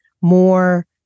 more